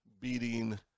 beating